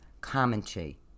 commentary